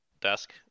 desk